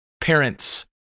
parents